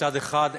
מצד אחד,